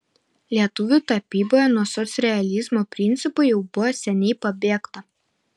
lietuvių tapyboje nuo socrealizmo principų jau buvo seniai pabėgta